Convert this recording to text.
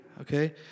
Okay